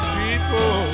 people